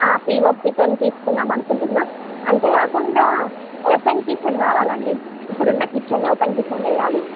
పిఓపితోని తీసుకుందామనుకుంటున్నా అంతే కాకుండా ఓపెన్ కిచెన్ కావాలండి ఇప్పుడున్న కిచెన్నే ఓపెన్ కిచెన్ చేయాలి